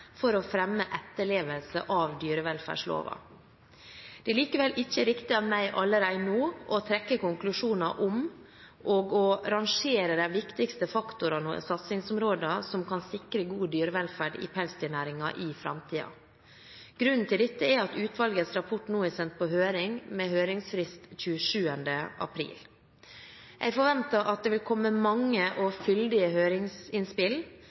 for å fremme etterlevelse av dyrevelferdsloven. Det er likevel ikke riktig av meg allerede nå å trekke konklusjoner om og å rangere de viktigste faktorene og satsingsområdene som kan sikre god dyrevelferd i pelsdyrnæringen i framtiden. Grunnen til dette er at utvalgets rapport nå er sendt på høring med høringsfrist 27. april. Jeg forventer at det vil komme mange og fyldige høringsinnspill,